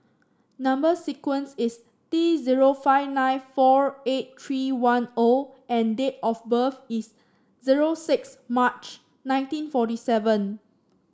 number sequence is T zero five nine four eight three one O and date of birth is zero six March nineteen forty seven